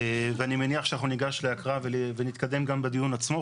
ואני מניח שאנחנו ניגש להקראה ונתקדם גם בדיון עצמו.